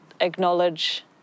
acknowledge